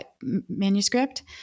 manuscript